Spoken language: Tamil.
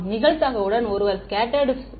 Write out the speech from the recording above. நிகழ்தகவுடன் ஒருவர் ஸ்கெட்ட்டர்டு செய்ய போகிறார்